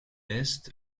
est